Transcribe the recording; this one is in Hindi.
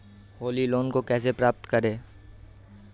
होली लोन को कैसे प्राप्त करें?